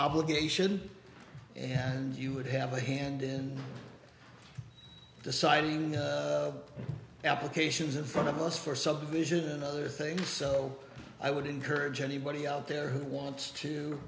obligation and you would have a hand in deciding applications in front of us for subdivision and other things so i would encourage anybody out there who wants to